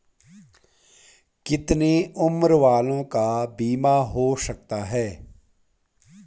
कितने उम्र वालों का बीमा हो सकता है?